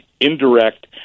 indirect